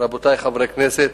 רבותי חברי הכנסת,